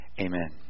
amen